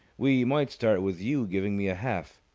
we might start with you giving me a half.